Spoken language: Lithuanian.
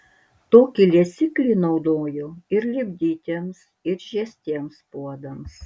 tokį liesiklį naudojo ir lipdytiems ir žiestiems puodams